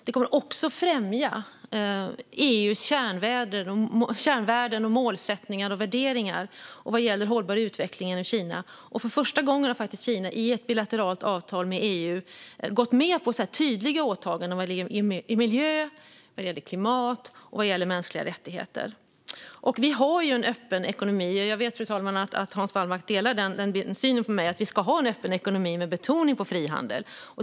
Det kommer också att främja EU:s kärnvärden, målsättningar och värderingar vad gäller hållbar utveckling i Kina. För första gången har Kina i ett bilateralt avtal med EU gått med på tydliga åtaganden vad gäller miljö, klimat och mänskliga rättigheter. Vi har en öppen ekonomi. Jag vet, fru talman, att Hans Wallmark delar synen med mig att vi ska ha en öppen ekonomi med betoning på frihandel.